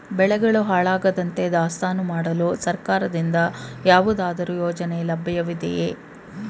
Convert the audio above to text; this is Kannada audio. ಬೆಳೆಗಳು ಹಾಳಾಗದಂತೆ ದಾಸ್ತಾನು ಮಾಡಲು ಸರ್ಕಾರದಿಂದ ಯಾವುದಾದರು ಯೋಜನೆ ಲಭ್ಯವಿದೆಯೇ?